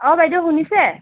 অঁ বাইদেউ শুনিছে